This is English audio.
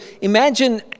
imagine